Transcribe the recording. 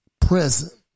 present